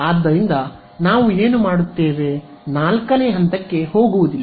ಆದ್ದರಿಂದ ನಾವು ಏನು ಮಾಡುತ್ತೇವೆ 4 ನೇ ಹಂತಕ್ಕೆ ಹೋಗುವುದಿಲ್ಲ